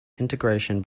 integration